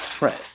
right